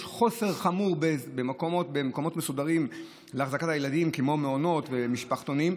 יש מחסור חמור במקומות מסודרים להחזקת ילדים כמו מעונות ומשפחתונים,